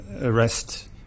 arrest